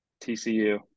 TCU